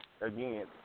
again